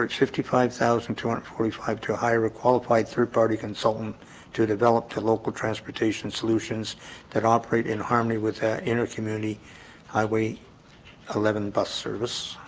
fifty five thousand two hundred forty five to hire a qualified third party consultant to develop to local transportation solutions that operate in harmony with inner community highway eleven bus service